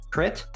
Crit